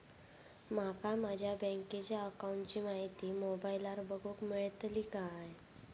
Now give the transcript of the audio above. माका माझ्या बँकेच्या अकाऊंटची माहिती मोबाईलार बगुक मेळतली काय?